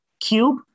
cube